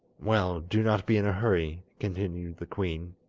well, do not be in a hurry continued the queen,